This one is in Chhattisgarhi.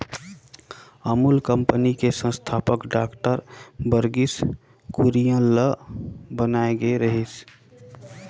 अमूल कंपनी के संस्थापक डॉक्टर वर्गीस कुरियन ल बनाए गे रिहिस